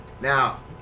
Now